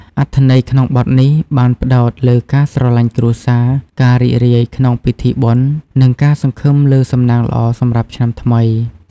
អត្ថន័យក្នុងបទ នេះ បានផ្តោតលើការស្រឡាញ់គ្រួសារ ការរីករាយក្នុងពិធីបុណ្យ និងការសង្ឃឹមលើសំណាងល្អសម្រាប់ឆ្នាំថ្មី។